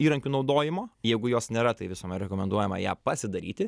įrankių naudojimo jeigu jos nėra tai visuomet rekomenduojama ją pasidaryti